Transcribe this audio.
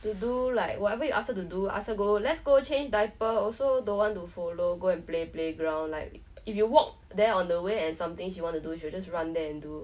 to do like whatever you ask her to do ask her go let's go change diaper also don't want to follow go and play playground like if you walk there on the way and something she want to do she will just run there and do